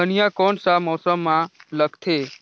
धनिया कोन सा मौसम मां लगथे?